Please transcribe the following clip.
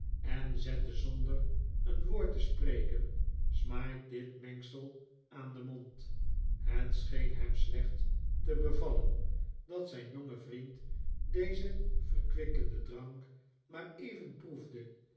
en zette zonder een woord te spreken smike dit mengsel aan den mond het scheen hem slecht te bevallen dat zijn jonge vriend dezen verkwikkenden drank maar even proefde